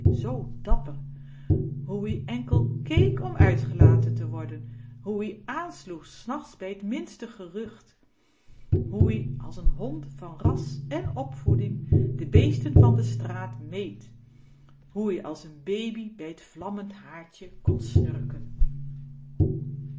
zoo dapper hoe ie enkel kéék om uitgelaten te worden hoe ie aansloeg s nachts bij t minste gerucht hoe ie als n hond van ras èn opvoeding de beesten van de straat meed hoe ie als n baby bij t vlammend haardje kon